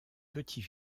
petit